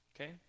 okay